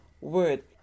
word